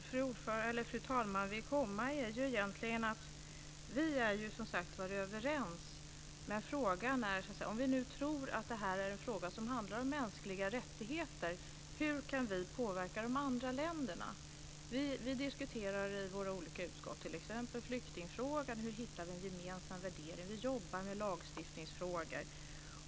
Fru talman! Vi är som sagt var egentligen överens. Men om vi nu tror att det här är en fråga som handlar om mänskliga rättigheter, hur kan vi påverka de andra länderna? Vi diskuterar i våra olika utskott t.ex. flyktingfrågor, hur hittar vi en gemensam värdering? Vi jobbar med lagstiftningsfrågor.